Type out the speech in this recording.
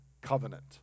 covenant